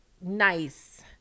nice